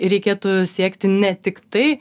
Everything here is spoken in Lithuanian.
reikėtų siekti ne tiktai